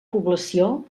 població